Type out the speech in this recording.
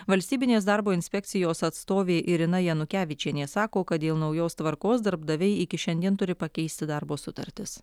valstybinės darbo inspekcijos atstovė irina janukevičienė sako kad dėl naujos tvarkos darbdaviai iki šiandien turi pakeisti darbo sutartis